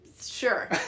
Sure